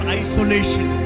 isolation